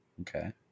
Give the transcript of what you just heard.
okay